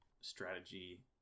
strategy